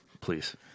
please